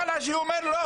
קלעג'י אומר לא,